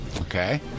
Okay